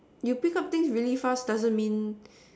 you pick up things really fast doesn't mean